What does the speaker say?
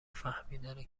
فهمیدن